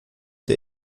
der